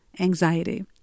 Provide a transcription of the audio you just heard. anxiety